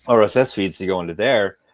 ah rss feeds to go into there,